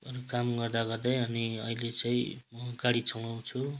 अनि काम गर्दागर्दै अनि अहिले चाहिँ गाडी चलाउँछु